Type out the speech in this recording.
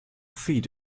feet